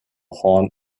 horn